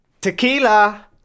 Tequila